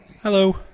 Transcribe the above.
Hello